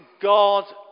God